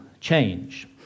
change